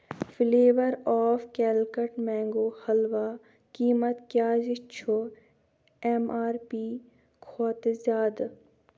Flavour of کیلکٹ mango حٔلوا قیمَت کیٛازِ چھ ایم آر پی کھۄتہٕ زیادٕ؟